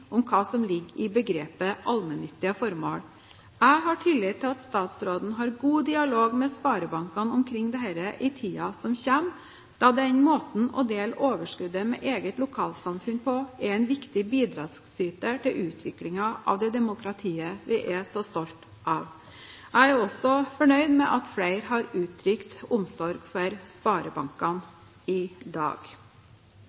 om finansforetakslov vil komme en konkret utredning av hva som ligger i begrepet «allmennyttige formål». Jeg har tillit til at statsråden har god dialog med sparebankene omkring dette i tiden som kommer, da denne måten å dele overskuddet med eget lokalsamfunn på er en viktig bidragsyter til utvikling av det demokratiet vi er så stolte av. Jeg er også fornøyd med at flere har uttrykt omsorg for sparebankene